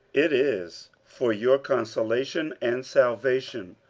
it is for your consolation and salvation,